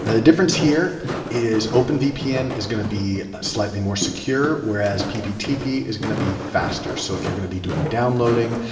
the difference here is openvpn is going to be slightly more secure whereas pptp is going to be faster. so if you're going to be doing downloading,